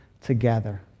together